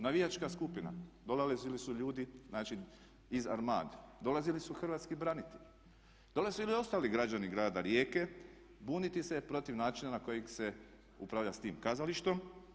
Navijačka skupina, dolazili su ljudi iz Armade, dolazili su Hrvatski branitelji, dolazili ostali građani Grada Rijeke buniti se protiv načina na koji se upravlja s tim kazalištem.